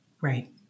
Right